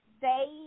say